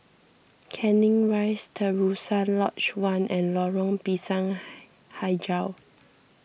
Canning Rise Terusan Lodge one and Lorong Pisang HiJau